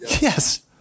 Yes